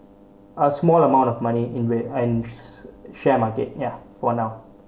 a small amount of money in where and share market ya for now